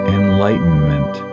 enlightenment